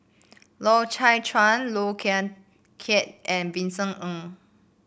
Loy Chye Chuan Low Khiang Khia and Vincent Ng